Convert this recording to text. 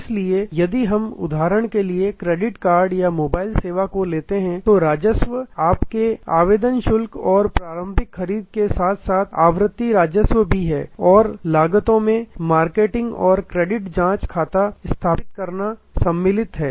इसलिए यदि हम उदाहरण के लिए क्रेडिट कार्ड या मोबाइल सेवा लेते हैं तो राजस्व आपके आवेदन शुल्क और प्रारंभिक खरीद के साथ साथ आवर्ती राजस्व भी है और लागतों में मार्केटिंग और क्रेडिट जाँच खाता स्थापित करना इत्यादि सम्मिलित है